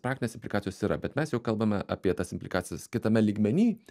praktinės implikacijos yra bet mes jau kalbame apie tas implikacijas kitame lygmeny